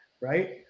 right